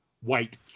white